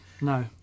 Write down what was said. No